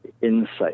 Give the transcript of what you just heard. insight